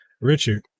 Richard